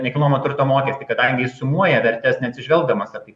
nekilnojamo turto mokestį kadangi jis sumuoja vertes neatsižvelgdamas ar tai